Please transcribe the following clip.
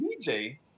DJ